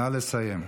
נא לסיים.